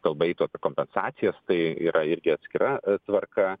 kalba eitų apie kompensacijas tai yra irgi atskira tvarka